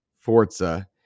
Forza